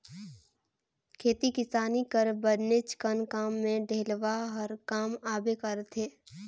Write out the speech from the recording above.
खेती किसानी कर बनेचकन काम मे डेलवा हर काम आबे करथे